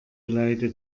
leide